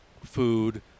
food